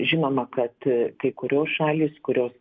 žinoma kad kai kurios šalys kurios